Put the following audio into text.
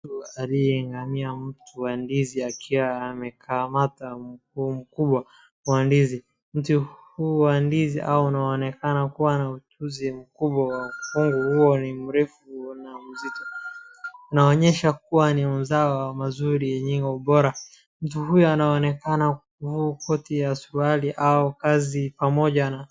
Mtu aliyegania mti wa ndizi akiwa amekamata mguu mkubwa wa ndizi. Mti huu wa ndizi unaonekana kuwa na uchuzi mkubwa wa mfungu huo ni mrefu na mzito. Unaonyesha kuwa ni mzao wa mazuri yenye ubora. Mtu huyo anaonekana kuva koti ya suruali au kazi pamoja na.